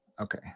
Okay